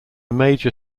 major